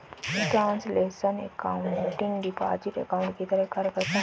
translational accounting deposit account की तरह कार्य करता है